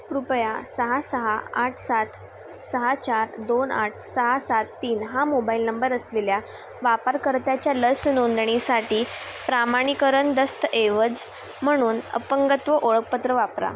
कृपया सहा सहा आठ सात सहा चार दोन आठ सहा सात तीन हा मोबाईल नंबर असलेल्या वापरकर्त्याच्या लस नोंदणीसाठी प्रमाणीकरण दस्तऐवज म्हणून अपंगत्व ओळखपत्र वापरा